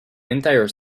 entire